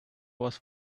was